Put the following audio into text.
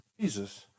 Jesus